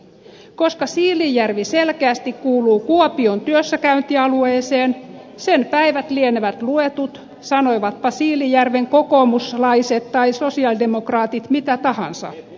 koska siilinjärvi selkeästi kuuluu kuopion työssäkäyntialueeseen sen päivät lienevät luetut sanoivatpa siilinjärven kokoomuslaiset tai sosialidemokraatit mitä tahansa